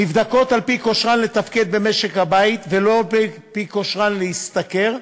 הן נבדקות על-פי כושרן לתפקד במשק-הבית ולא על-פי כושרן להשתכר,